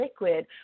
liquid